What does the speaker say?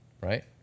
right